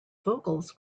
vocals